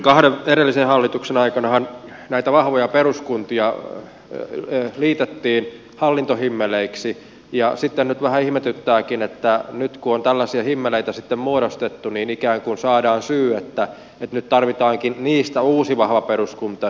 kahden edellisen hallituksen aikanahan näitä vahvoja peruskuntia liitettiin hallintohimmeleiksi ja nyt vähän ihmetyttääkin että nyt kun on tällaisia himmeleitä sitten muodostettu ikään kuin saadaan syy että nyt tarvitaankin niistä uusi vahva peruskunta